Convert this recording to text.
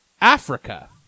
Africa